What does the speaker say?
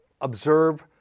observe